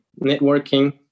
networking